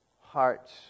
hearts